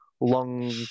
long